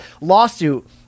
lawsuit